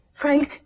Frank